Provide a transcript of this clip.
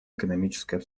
экономической